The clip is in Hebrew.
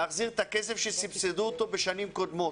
להחזיר את הכסף שסבסדו בשנים קודמות.